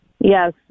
Yes